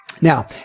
Now